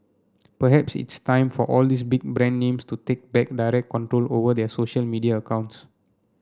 perhaps it's time for all these big brand names to take back direct control over their social media accounts